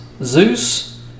Zeus